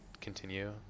continue